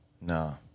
No